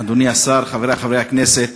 אדוני השר, חברי חברי הכנסת,